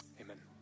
amen